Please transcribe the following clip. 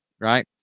right